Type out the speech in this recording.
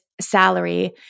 salary